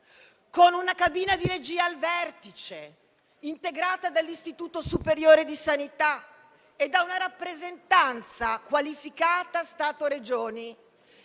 con una cabina di regia al vertice integrata dall'Istituto superiore di sanità e da una rappresentanza qualificata Stato-Regioni.